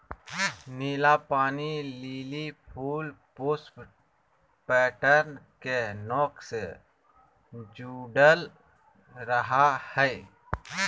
नीला पानी लिली फूल पुष्प पैटर्न के नोक से जुडल रहा हइ